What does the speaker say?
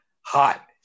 hot